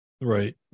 Right